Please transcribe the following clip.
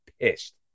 pissed